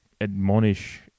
admonish